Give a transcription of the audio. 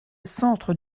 centre